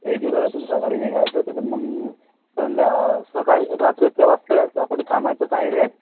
एक जुलैला तुम्ही सकाळी निघायचं तिथे मग संध्या सकाळ रात्री प्रवास करायचा कुठे थांबायचं काही वेळ